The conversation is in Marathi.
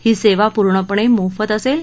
ही सेवा पूर्णपणे मोफत असेल